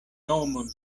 nomon